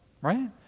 right